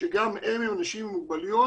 שגם הם אנשים עם מוגבלויות,